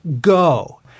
go